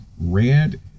red